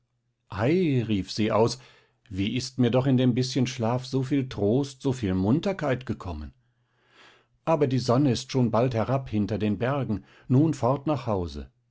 ei rief sie aus wie ist mir doch in dem bißchen schlaf so viel trost so viel munterkeit gekommen aber die sonne ist schon bald herab hinter den bergen nun fort nach hause